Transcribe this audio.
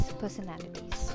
personalities